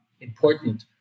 important